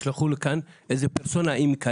ישלחו לכאן איזה פרסונה אם היא קיימת,